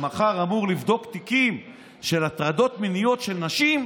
שמחר אמור לבדוק תיקים של הטרדות מיניות של נשים,